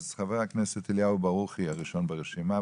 חבר הכנסת אליהו ברוכי הראשון ברשימה.